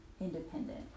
independent